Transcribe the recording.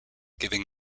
giving